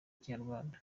ikinyarwanda